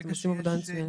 אתם עושים עבודה מצוינת.